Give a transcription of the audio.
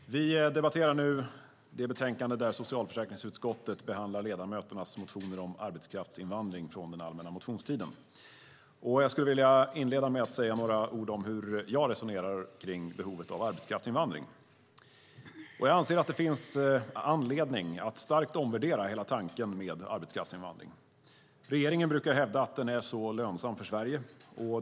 Fru talman! Vi debatterar nu det betänkande där socialförsäkringsutskottet behandlar ledamöternas motioner om arbetskraftsinvandring från den allmänna motionstiden. Jag skulle vilja inleda med att säga några ord om hur jag resonerar kring behovet av arbetskraftsinvandring. Jag anser att det finns anledning att starkt omvärdera hela tanken med arbetskraftsinvandring. Regeringen brukar hävda att den är så lönsam för Sverige.